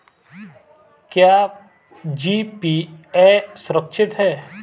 क्या जी.पी.ए सुरक्षित है?